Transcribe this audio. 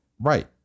right